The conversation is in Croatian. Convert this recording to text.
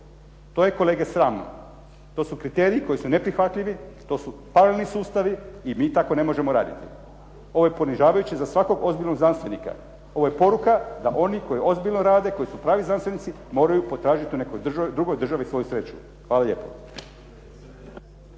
To je kolege sramno, to su kriteriji koji su neprihvatljivi, to su …/Govornik se ne razumije./… sustavi i mi tako ne možemo raditi. Ovo je ponižavajuće za svakog ozbiljnog znanstvenika, ovo je poruka da oni koji ozbiljno rade, koji su pravi znanstvenici moraju potražiti u nekoj drugoj državi svoju sreću. Hvala lijepo.